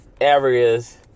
areas